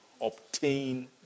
obtain